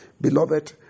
Beloved